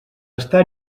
estar